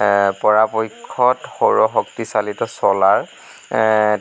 পৰাপক্ষত সৌৰশক্তি চালিত যিটো ছলাৰ